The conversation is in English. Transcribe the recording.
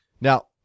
Now